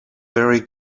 very